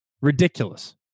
Ridiculous